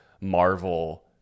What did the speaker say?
Marvel